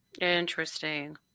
interesting